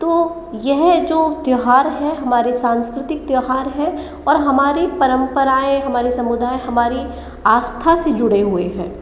तो यह जो त्योहार है हमारे सांस्कृतिक त्योहार हैं और हमारी परंपराएँ हमारे समुदाय हमारी आस्था से जुड़े हुए हैं